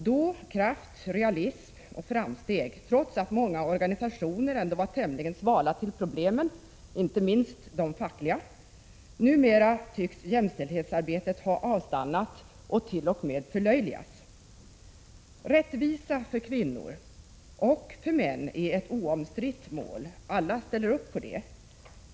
Då var det kraft, realism och framsteg, trots att många organisationer — inte minst de fackliga — ändå var tämligen svala till problemen. Numera tycks jämställdhetsarbetet ha avstannat och tycks t.o.m. förlöjligas. Rättvisa för kvinnor — och för män — är ett oomstritt mål: Alla ställer upp på det.